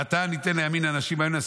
ועתה ניתן ימים לאנשים האלה,